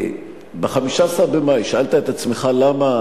ב-15 במאי, שאלת את עצמך למה?